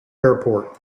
airport